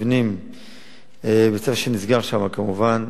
בית-ספר שנסגר שם כמובן,